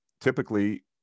Typically